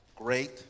Great